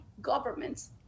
governments